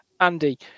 Andy